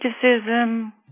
criticism